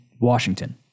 Washington